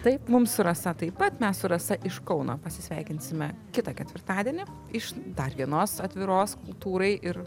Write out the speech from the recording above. taip mums rasa taip pat mes su rasa iš kauno pasisveikinsime kitą ketvirtadienį iš dar vienos atviros kultūrai ir